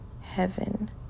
heaven